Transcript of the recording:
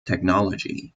technology